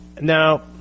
Now